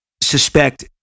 suspect